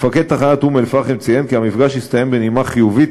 מפקד תחנת אום-אלפחם ציין כי המפגש הסתיים בנימה חיובית,